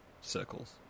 circles